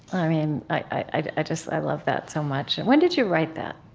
i mean i just i love that so much. when did you write that?